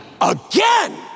again